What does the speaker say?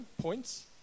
points